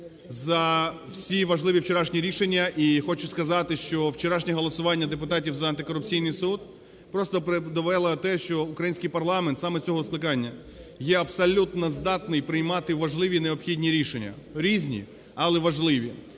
за всі важливі вчорашні рішення. І хочу сказати, що вчорашнє голосування депутатів за антикорупційний суд просто довело те, що українськийпарламент саме цього скликання є абсолютно здатний приймати важливі і необхідні рішення, різні, але важливі.